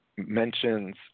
mentions